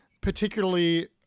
particularly